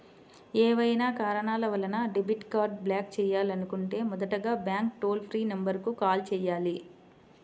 ఏవైనా కారణాల వలన డెబిట్ కార్డ్ని బ్లాక్ చేయాలనుకుంటే మొదటగా బ్యాంక్ టోల్ ఫ్రీ నెంబర్ కు కాల్ చేయాలి